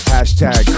Hashtag